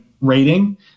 rating